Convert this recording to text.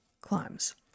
climbs